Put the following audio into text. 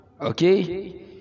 okay